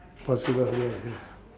possible yes yes